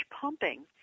pumping